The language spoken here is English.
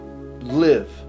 Live